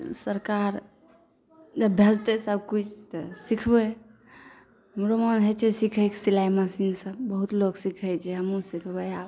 सरकार जब भेजतै सब कुछ तऽ सीखबै हमरो मोन होइ छै सीखैके सिलाइ मशीनसँ बहुत लोक सीखै छै हमहुँ सीखबै आब